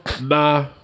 Nah